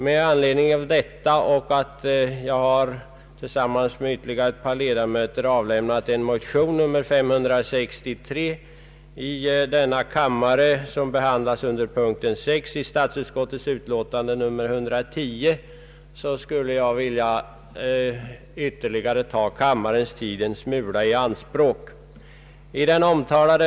Med anledning härav och då jag tillsammans med några andra centerpartiledamöter har väckt en motion, nr 563, i denna kammare som behandlas under punkten 6 i statsutskottets utlåtande nr 110 skulle jag vilja ta kammarens tid i anspråk en stund.